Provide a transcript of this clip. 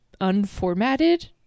unformatted